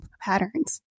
patterns